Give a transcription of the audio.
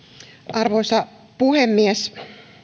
arvoisa puhemies